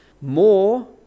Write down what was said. More